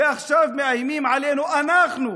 ועכשיו מאיימים עלינו, אנחנו,